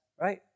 right